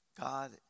God